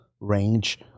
range